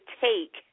take